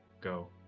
Go